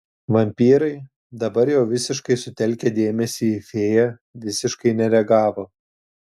vampyrai dabar jau visiškai sutelkę dėmesį į fėją visiškai nereagavo